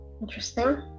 Interesting